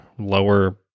Lower